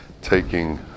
taking